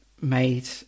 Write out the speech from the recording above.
made